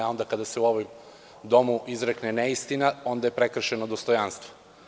Onda kada se u ovom Domu izrekne neistina, onda je prekršeno dostojanstvo.